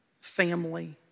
family